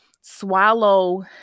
swallow